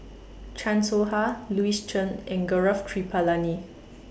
Chan Soh Ha Louis Chen and Gaurav Kripalani